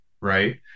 Right